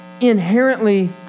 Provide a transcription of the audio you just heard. inherently